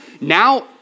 Now